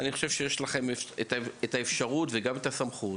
אני חושב שיש לכם את האפשרות וגם את הסמכות